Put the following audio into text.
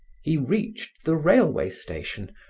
he reached the railway station,